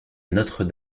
notre